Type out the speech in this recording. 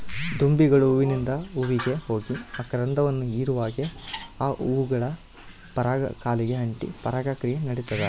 ದುಂಬಿಗಳು ಹೂವಿಂದ ಹೂವಿಗೆ ಹೋಗಿ ಮಕರಂದವನ್ನು ಹೀರುವಾಗೆ ಆ ಹೂಗಳ ಪರಾಗ ಕಾಲಿಗೆ ಅಂಟಿ ಪರಾಗ ಕ್ರಿಯೆ ನಡಿತದ